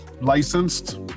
licensed